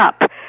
up